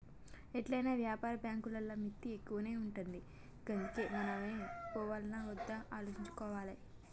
ఎట్లైనా వ్యాపార బాంకులల్ల మిత్తి ఎక్కువనే ఉంటది గందుకే మనమే పోవాల్నా ఒద్దా ఆలోచించుకోవాలె